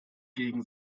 gegen